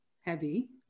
heavy